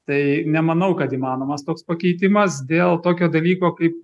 tai nemanau kad įmanomas toks pakeitimas dėl tokio dalyko kaip